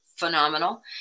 Phenomenal